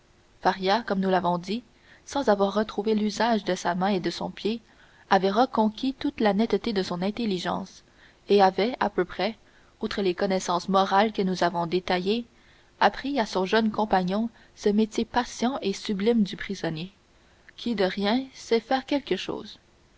faria comme nous l'avons dit sans avoir retrouvé l'usage de sa main et de son pied avait reconquis toute la netteté de son intelligence et avait peu à peu outre les connaissances morales que nous avons détaillées appris à son jeune compagnon ce métier patient et sublime du prisonnier qui de rien sait faire quelque chose